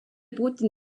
putin